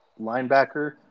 linebacker